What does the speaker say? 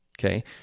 okay